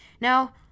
Now